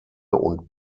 und